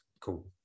cool